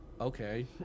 Okay